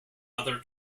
other